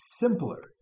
simpler